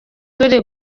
turi